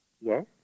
Yes